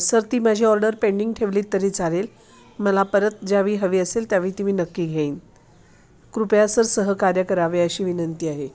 sir ती माझी order pending ठेवलीत तरी चालेल मला परत ज्यावेळी हवी असेल त्यावेळी ती मी नक्की घेईन कृपया सर सहकार्य करावे अशी विनंती आहे